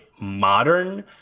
modern